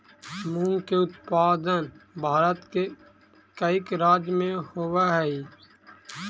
मूंग के उत्पादन भारत के कईक राज्य में होवऽ हइ